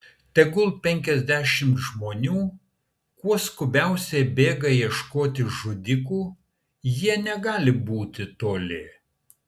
tegu penkiasdešimt žmonių kuo skubiausiai bėga ieškoti žudikų jie negali būti toli